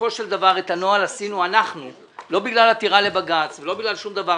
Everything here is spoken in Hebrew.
ובסופו של דבר את הנוהל עשינו לא בגלל עתירה לבג"ץ ולא בגלל שום דבר.